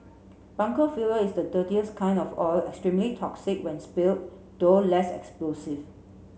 bunker fuel is the dirtiest kind of oil extremely toxic when spilled though less explosive